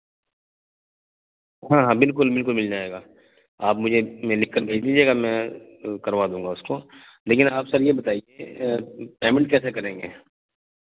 ہاں ہاں بالکل بالکل مل جائے گا آپ مجھے لکھ کر بھیج دیجیے گا میں کروا دوں گا اس کو لیکن آپ سر یہ بتائیے پیمنٹ کیسے کریں گے